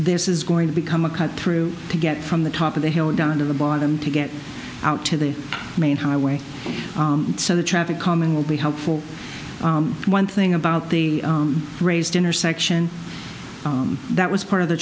this is going to become a cut through to get from the top of the hill down to the bottom to get out to the main highway so the traffic calming will be helpful one thing about the raised intersection that was part of the